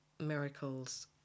miracles